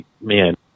man